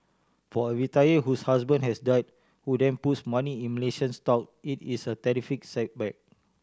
for a retiree whose husband has died who then puts money in Malaysian stock it is a terrific setback